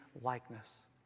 likeness